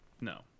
No